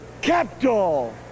capital